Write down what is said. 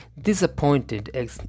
disappointed